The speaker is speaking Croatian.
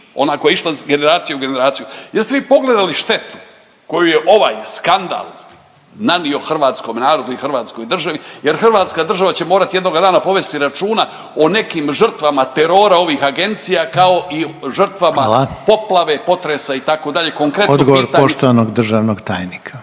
ona koja je išla iz generacije u generaciju, jeste li pogledali štetu koju je ovaj skandal nanio hrvatskom narodu i hrvatskoj državi jer hrvatska država će morati jednoga dana povesti računa o nekim žrtvama terora ovih agencija, kao i žrtvama … .../Upadica: Hvala./... … poplave, potresa,